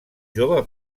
jove